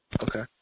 Okay